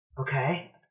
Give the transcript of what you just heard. Okay